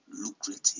lucrative